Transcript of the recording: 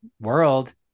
world